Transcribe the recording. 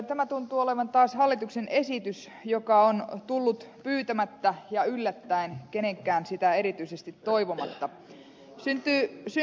tämä tuntuu olevan taas hallituksen esitys joka on tullut pyytämättä ja yllättäen kenenkään sitä erityisesti toivomatta